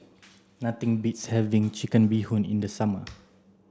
nothing beats having chicken bee hoon in the summer